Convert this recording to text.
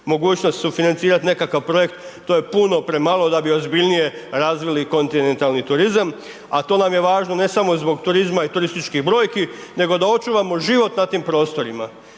mogućnost sufinancirat nekakav projekt, to je puno premalo da bi ozbiljnije razvili kontinentalni turizam, a to nam je važno, ne samo zbog turizma i turističkih brojki, nego da očuvamo život na tim prostorima.